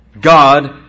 God